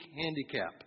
handicap